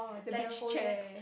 like a folded